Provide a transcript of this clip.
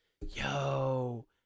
yo